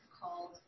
called